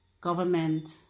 government